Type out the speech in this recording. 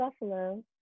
Buffalo